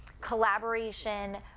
collaboration